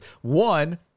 One